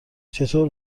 چطور